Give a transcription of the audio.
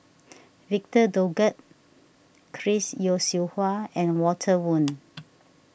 Victor Doggett Chris Yeo Siew Hua and Walter Woon